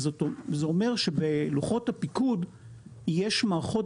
וזה אומר שבלוחות הפיקוד יש מערכות